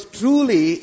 truly